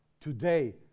today